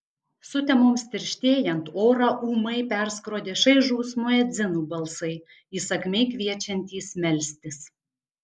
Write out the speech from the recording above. sutemoms tirštėjant orą ūmai perskrodė šaižūs muedzinų balsai įsakmiai kviečiantys melstis